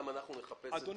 גם אנחנו נחפש את המכתב.